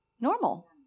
normal